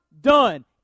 done